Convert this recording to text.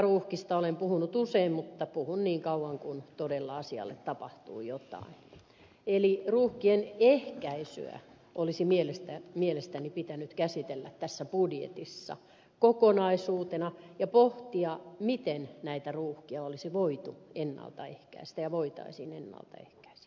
rekkaruuhkista olen puhunut usein mutta puhun niin kauan kuin todella asialle tapahtuu jotain eli ruuhkien ehkäisyä olisi mielestäni pitänyt käsitellä tässä budjetissa kokonaisuutena ja pohtia miten näitä ruuhkia olisi voitu ennalta ehkäistä ja voitaisiin ennalta ehkäistä